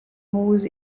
whose